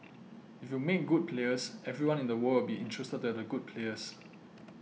if you make good players everyone in the world will be interested the good players